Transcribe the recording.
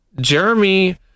Jeremy